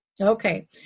Okay